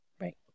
right